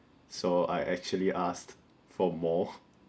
so I actually asked for more